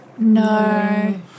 No